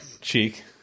cheek